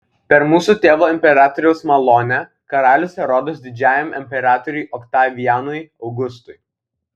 per mūsų tėvo imperatoriaus malonę karalius erodas didžiajam imperatoriui oktavianui augustui